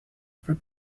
for